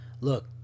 look